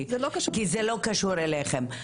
כי זה לא קשור אליכם.